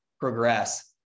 progress